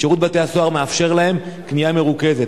שירות בתי-הסוהר מאפשר להם קנייה מרוכזת,